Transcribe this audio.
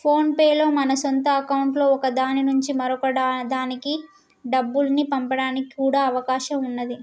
phone pay లో మన సొంత అకౌంట్లలో ఒక దాని నుంచి మరొక దానికి డబ్బుల్ని పంపడానికి కూడా అవకాశం ఉన్నాది